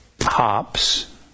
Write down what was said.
hops